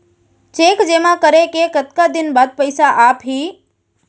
Cheque जेमा करे के कतका दिन बाद पइसा आप ही?